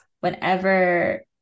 whenever